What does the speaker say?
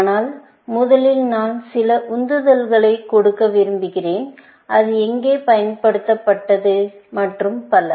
ஆனால் முதலில் நான் சில உந்துதல்களை கொடுக்க விரும்புகிறேன் அது எங்கே பயன்படுத்தப்பட்டது மற்றும் பல